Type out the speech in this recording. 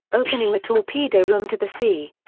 opening the torpedo room to the sea.